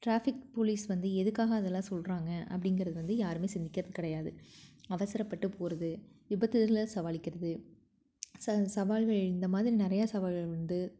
traffic police வந்து எதுக்காக அதெல்லாம் சொல்கிறாங்க அப்படிங்கிறது வந்து யாருமே சிந்திக்கிறது கிடையாது அவசரப்பட்டு போவது விபத்தில் சமாளிக்கிறது சா சவால்கள் இந்த மாதிரி நிறையா சவால்கள் உண்டு